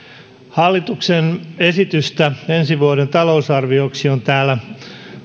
hallituksen esitystä ensi vuoden talousarvioksi on täällä